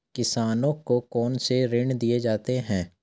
किसानों को कौन से ऋण दिए जाते हैं?